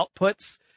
outputs